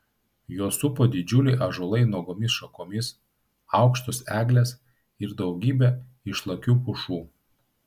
juos supo didžiuliai ąžuolai nuogomis šakomis aukštos eglės ir daugybė išlakių pušų